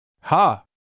Ha